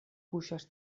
kuŝas